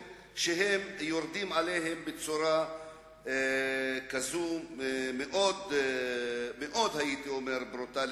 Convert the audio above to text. כשהם יורדים עליהם בצורה מאוד מאוד ברוטלית.